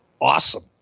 awesome